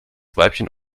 weibchen